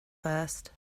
first